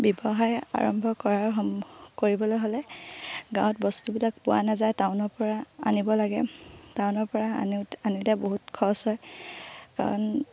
ব্যৱসায় আৰম্ভ কৰাৰ সম কৰিবলৈ হ'লে গাঁৱত বস্তুবিলাক পোৱা নাযায় টাউনৰপৰা আনিব লাগে টাউনৰপৰা আনোতে বহুত খৰচ হয় কাৰণ